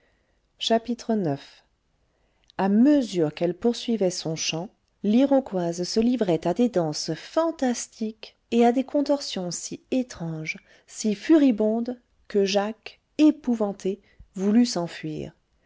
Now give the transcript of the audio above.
ix a mesure qu'elle poursuivait son chant l'iroquoise se livrait à des danses fantastiques et à des contorsions si étranges si furibondes que jacques épouvanté voulut s'enfuir